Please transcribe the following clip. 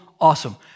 awesome